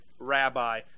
Rabbi